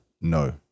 no